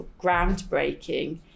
groundbreaking